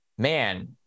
Man